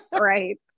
Right